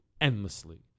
endlessly